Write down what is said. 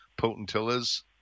potentillas